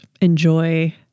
enjoy